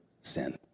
sin